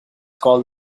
called